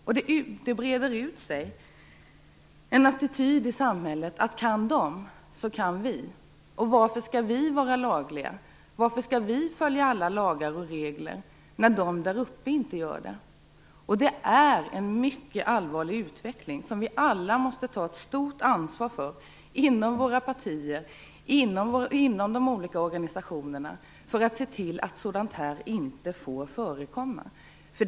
I samhället breder en attityd ut sig: Kan de, så kan vi. Varför skall vi följa alla lagar och regler när de där uppe inte gör det? Detta är en mycket allvarlig utveckling som vi alla måste ta ett stort ansvar för inom våra partier och inom de olika organisationerna för att se till att sådant här inte förekommer.